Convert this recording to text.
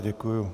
Děkuju.